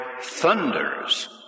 thunders